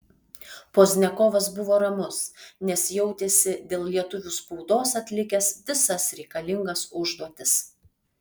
pozdniakovas buvo ramus nes jautėsi dėl lietuvių spaudos atlikęs visas reikalingas užduotis